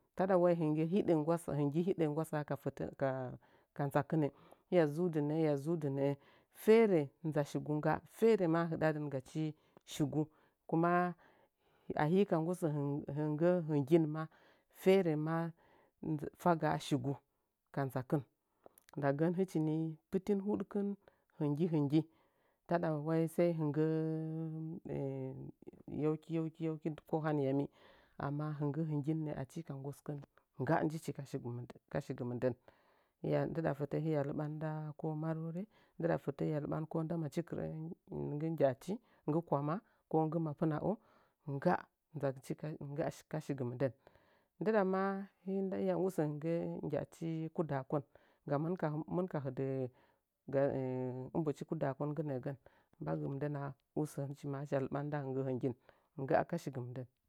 Taɗa wai hɨnggi hiɗə nggwasa hɨnggi hiɗə nggwasaa ka fəfən – ka-dzakɨnɨ, hiya zəudɨ nə’ə-hiya zəudɨ nə’ə ferə nza shigu ngga ferə ma hɨdadɨng achi shigu, kuma ahika nggosə higgə hɨnggin ma ferə maa fegaa shigu ka ndzakin ndagən hɨchi nii pɨtin hudkɨn hɨnggə hɨnggi taɗa wai sai hɨnggəə yau ki yauki – yauki ko hanayami amma hɨnggə hɨnggin nə’ə achi. Hi ka nggoskɨn ngga njichi ka shigi mɨnd ka shigɨ mɨndən hiya ndɨda fətə hiya lɨɓan nda ko marore ndiɗa fətə hiya leɓan ko da machi kɨtrə nggi nggy la chi nggi kwama ko nggɨ mapɨ na’a ngga ndzagɨchi ka ngga ka shigɨ mɨndən ndɨda maa hii ndaa hiya usə hɨnggə nggyachi kudakon nggam hɨmɨn ka – hɨmɨn ka hidz ga im boshi kudakon nggi nə’əgən mbangɨ mɨndənna usə hɨchi maa hɨcha lɨɓan nda hɨngyə hɨngyin ngga ka shɨgɨ mɨndən.